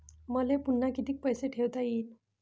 मले पुन्हा कितीक पैसे ठेवता येईन?